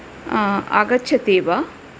आगच्छति वा